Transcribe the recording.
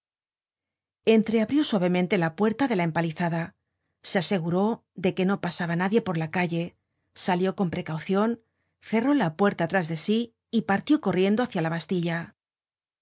tengo entreabrió suavemente la puerta de la empalizada se aseguró de que no pasaba nadie por la calle salió con precaucion cerró la puerta tras de sí y partió corriendo hácia la bastilla